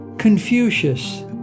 Confucius